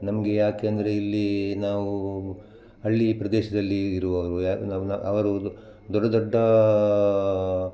ನಮಗೆ ಯಾಕೆ ಅಂದರೆ ಇಲ್ಲಿ ನಾವು ಹಳ್ಳಿ ಪ್ರದೇಶದಲ್ಲಿ ಇರುವವರು ಯಾರು ಅವರು ದೊ ದೊಡ್ಡ ದೊಡ್ಡ